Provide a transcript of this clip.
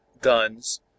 guns